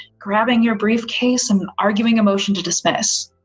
grabbing your briefcase, and arguing a motion to dismiss.